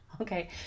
okay